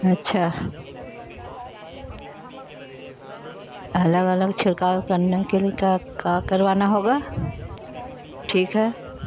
اچھا الگ الگ چھڑکاؤ کرنے کے لیے کا کروانا ہوگا ٹھیک ہے